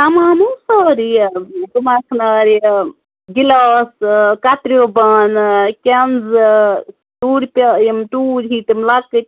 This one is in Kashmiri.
تَمام حظ سورُے یہِ تُمبکھ نارِ گِلاسہٕ کَتریو بانہٕ کینزٕ ٹوٗرِ پیٛالہٕ یِم ٹوٗرۍ ہِیٛوٗ تِم لۄکٕٹۍ